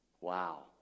Wow